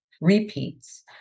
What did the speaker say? repeats